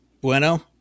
Bueno